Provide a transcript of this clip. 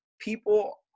people